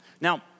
Now